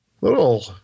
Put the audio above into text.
little